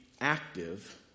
active